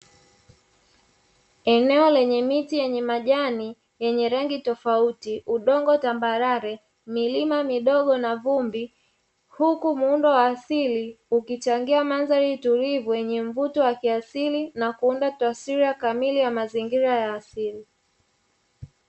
Eneo lenye miti yenye majani yenye rangi tofauti, udongo tambarare, milima midogo na vumbi huku muundo wa asili ukichangia mandhari tulivu yenye mvuto wa kiasili na kuunda taswira kamili ya mazingira ya asili.